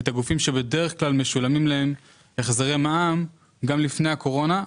את הגופים שבדרך כלל משולמים להם החזרי מע"מ גם לפני הקורונה,